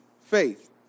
faith